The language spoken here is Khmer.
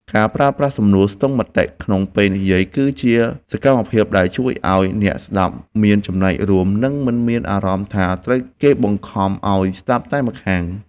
ការប្រើប្រាស់សំណួរស្ទង់មតិក្នុងពេលនិយាយ គឺជាសកម្មភាពដែលជួយឱ្យអ្នកស្ដាប់មានចំណែករួម និងមិនមានអារម្មណ៍ថាត្រូវគេបង្ខំឱ្យស្ដាប់តែម្ខាង។